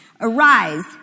Arise